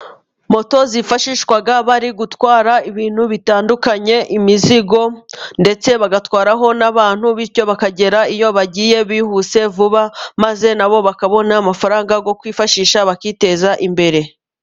Moto zifashishwa bari gutwara ibintu bitandukanye, imizigo, ndetse bagatwaraho n'abantu, bityo bakagera iyo bagiye bihuse vuba, maze nabo bakabona amafaranga yo kwifashisha bakiteza imbere.